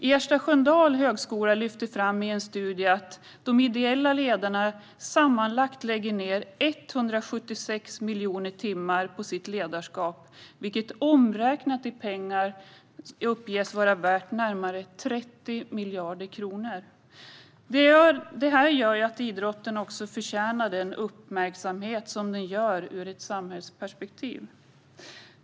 Ersta Sköndal högskola lyfter i en studie fram att de ideella ledarna lägger ned sammanlagt 176 miljoner timmar på sitt ledarskap, vilket omräknat i pengar uppges vara värt närmare 30 miljarder kronor. Detta gör att idrotten förtjänar uppmärksamhet också ur ett samhällsperspektiv.